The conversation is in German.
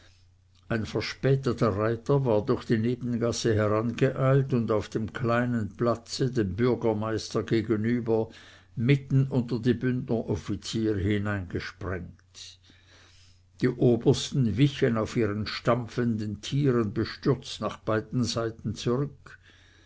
ein verspäteter reiter war durch die nebengasse herangeeilt und auf dem kleinen platze dem bürgermeister gegenüber mitten unter die bündneroffiziere hineingesprengt die obersten wichen auf ihren stampfenden tieren bestürzt nach beiden seiten zurück